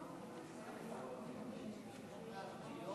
שלוש